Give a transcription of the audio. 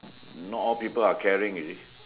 not all people are caring you see